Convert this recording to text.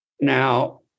Now